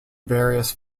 various